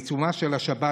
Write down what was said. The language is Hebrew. בעיצומה של השבת,